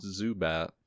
Zubat